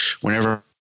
Whenever